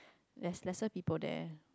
there's lesser people there